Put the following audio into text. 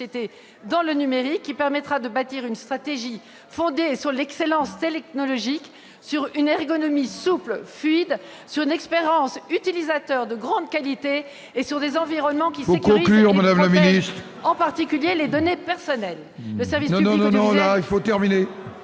dans le numérique, qui permettra de bâtir une stratégie fondée sur l'excellence technologique, sur une ergonomie souple et fluide, sur une expérience utilisateur de grande qualité et sur des environnements qui sécurisent ... Il faut conclure, madame la ministre